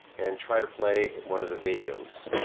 and try to play in one of the videos